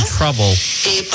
trouble